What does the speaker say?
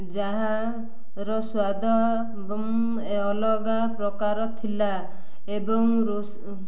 ଯାହାର ସ୍ୱାଦ ଅଲଗା ପ୍ରକାର ଥିଲା ଏବଂ ରୋଷ